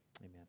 Amen